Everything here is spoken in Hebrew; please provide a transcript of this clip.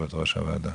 יו"ר הוועדה,